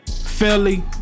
Philly